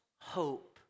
hope